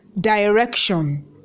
direction